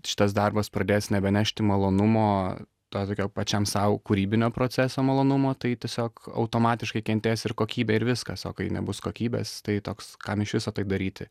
šitas darbas pradės nebenešti malonumo to tokio pačiam sau kūrybinio proceso malonumo tai tiesiog automatiškai kentės ir kokybė ir viskas o kai nebus kokybės tai toks kam iš viso tai daryti